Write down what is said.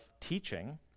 teaching